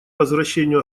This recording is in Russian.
возвращению